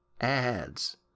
ads